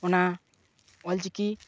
ᱚᱱᱟ ᱚᱞ ᱪᱤᱠᱤ